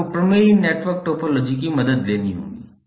आपको प्रमेय network topology की मदद लेनी होगी